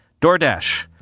DoorDash